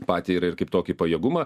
patį ir kaip tokį pajėgumą